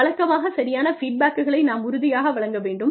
வழக்கமாக சரியான ஃபீட்பேக்களை நாம் உறுதியாக வழங்கவேண்டும்